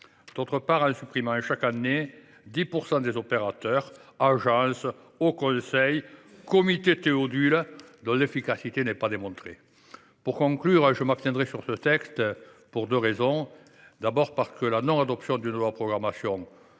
D’autre part, en supprimant chaque année 10 % des opérateurs, agences, hauts conseils, comités Théodule dont l’efficacité n’est pas démontrée. Je m’abstiendrai sur ce texte pour deux raisons. En premier lieu, parce que la non adoption d’une loi de programmation